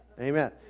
Amen